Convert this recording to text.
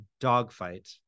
dogfight